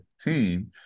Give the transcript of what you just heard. team